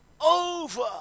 over